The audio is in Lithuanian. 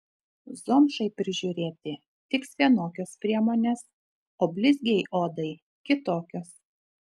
zomšai prižiūrėti tiks vienokios priemonės o blizgiai odai kitokios